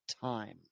time